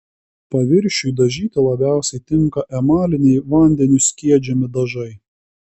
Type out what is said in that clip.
paviršiui dažyti labiausiai tinka emaliniai vandeniu skiedžiami dažai